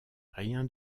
rien